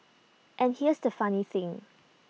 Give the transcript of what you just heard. and here's the funny thing